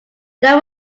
there